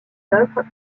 œuvres